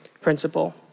principle